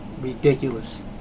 ridiculous